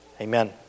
amen